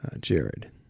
Jared